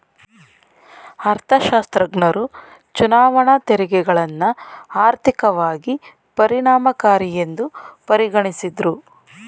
ಅರ್ಥಶಾಸ್ತ್ರಜ್ಞರು ಚುನಾವಣಾ ತೆರಿಗೆಗಳನ್ನ ಆರ್ಥಿಕವಾಗಿ ಪರಿಣಾಮಕಾರಿಯೆಂದು ಪರಿಗಣಿಸಿದ್ದ್ರು